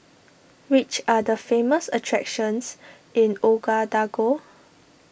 which are the famous attractions in Ouagadougou